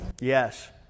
Yes